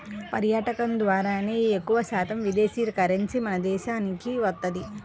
పర్యాటకం ద్వారానే ఎక్కువశాతం విదేశీ కరెన్సీ మన దేశానికి వత్తది